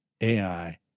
AI